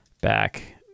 Back